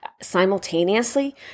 simultaneously